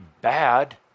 bad